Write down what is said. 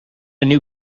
new